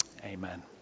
Amen